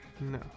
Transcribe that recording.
No